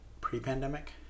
pre-pandemic